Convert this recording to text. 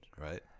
right